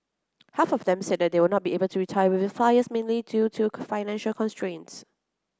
half of them said they would not be able to retire within five years mainly due to financial constraints